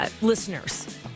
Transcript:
listeners